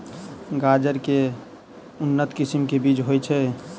गाजर केँ के उन्नत किसिम केँ बीज होइ छैय?